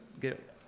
get